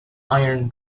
iron